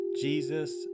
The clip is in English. Jesus